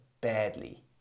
badly